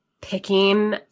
picking